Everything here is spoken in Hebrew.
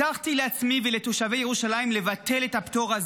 הבטחתי לעצמי ולתושבי ירושלים לבטל את הפטור הזה.